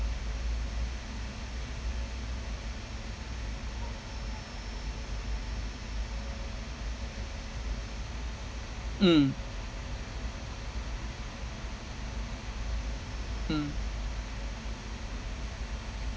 mm mm